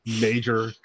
major